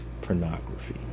pornography